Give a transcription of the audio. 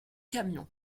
camions